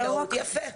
יפה.